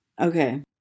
okay